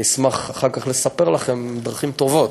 אני אשמח אחר כך לספר לכם, הן דרכים טובות,